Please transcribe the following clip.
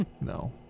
no